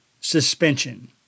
suspension